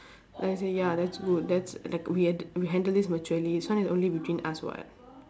then I say ya that's good that's like we ad~ we handle this maturely this one is only between us [what]